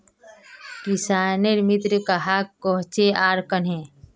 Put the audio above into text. किसानेर मित्र कहाक कोहचे आर कन्हे?